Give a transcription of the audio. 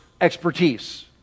expertise